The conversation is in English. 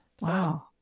Wow